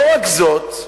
לא רק זאת,